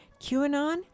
QAnon